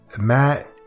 Matt